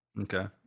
Okay